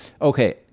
okay